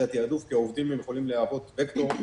זה התיעדוף, כי העובדים יכולים להוות פקטור.